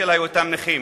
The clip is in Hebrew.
בשל היותם נכים.